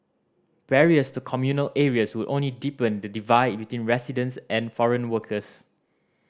barriers to communal areas would only deepen the divide between residents and foreign workers